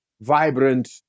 vibrant